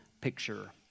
picture